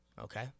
okay